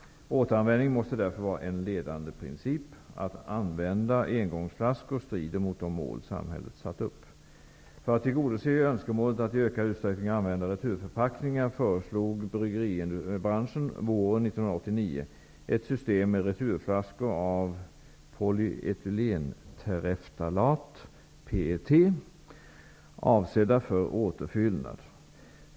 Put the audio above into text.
Återanvändning måste därför vara en ledande princip. Att använda engångsflaskor strider mot de mål samhället satt upp. För att tillgodose önskemålet att i ökad utsträckning använda returförpackningar föreslog bryggeribranschen våren 1989 ett system med returflaskor av polyetylentereftalat, PET, avsedda för återfyllnad.